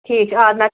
ٹھیٖک آ نہ